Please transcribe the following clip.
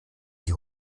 die